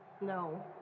No